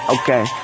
Okay